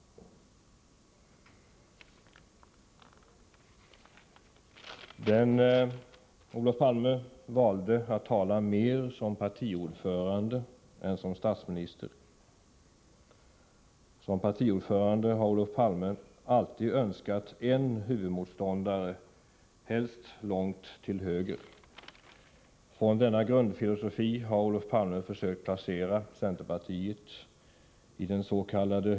Olof Palme valde att tala mer som partiordförande än som statsminister. Som partiordförande har Olof Palme alltid önskat en huvudmotståndare, helst långt till höger. Med utgångspunkt i denna grundfilosofi har Olof Palme åtskilliga gånger försökt placera centerpartiet i dens.k.